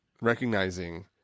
recognizing